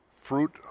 fruit